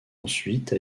ensuite